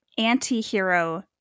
anti-hero